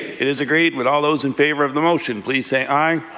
it is agreed. would all those in favour of the motion please say aye.